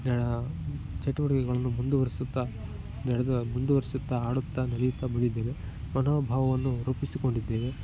ಚಟುವಟಿಕೆಗಳನ್ನು ಮುಂದುವರೆಸುತ್ತ ನಡೆದು ಮುಂದುವರೆಸುತ್ತಾ ಆಡುತ್ತಾ ನಲಿಯುತ್ತಾ ಬಂದಿದ್ದೇವೆ ಮನೋಭಾವವನ್ನು ರೂಪಿಸಿಕೊಂಡಿದ್ದೇವೆ